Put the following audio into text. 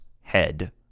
head